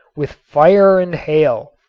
with fire and hail,